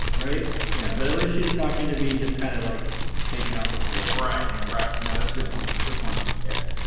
right yeah but at least she's not gonna be just kind of like taking off the board right you know right no that's good good point yeah